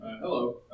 Hello